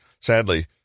Sadly